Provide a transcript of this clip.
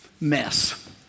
mess